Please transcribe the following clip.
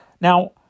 Now